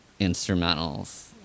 instrumentals